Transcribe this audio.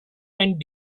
and